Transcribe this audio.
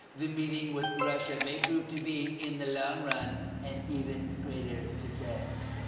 the meeting with russia may prove to be in the long run an even greater success.